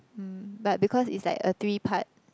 mm but because it's like a three part